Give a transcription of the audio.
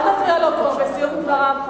זה נכון שאמרת קודם, שיותר טוב שלא היינו כאן?